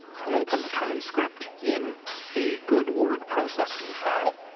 i'll open the transcript in a good word processing file.